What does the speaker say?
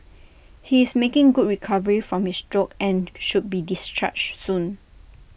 he is making good recovery from his stroke and should be discharged soon